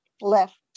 left